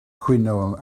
cwyno